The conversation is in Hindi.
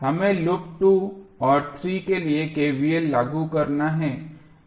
हमें लूप 2 और 3 के लिए KVL लागू करना है